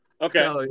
Okay